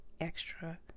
extra